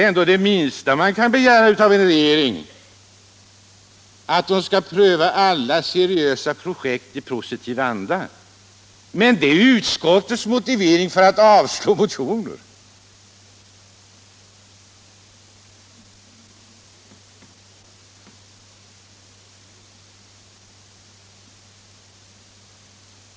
Ja, det minsta man kan begära av en regering är väl att den skall pröva alla seriösa projekt i positiv anda, men det uttalandet anförs här som utskottets motivering för att avstyrka motionen.